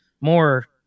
more